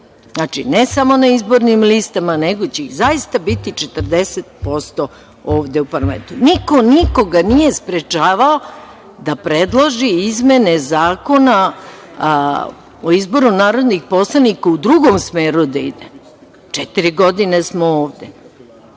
Znači, ne samo na izbornim listama, nego će ih zaista biti 40% ovde u parlamentu. Niko nikoga nije sprečavao da predloži izmene Zakona o izboru narodnih poslanika u drugom smeru da ide. Četiri godine smo ovde.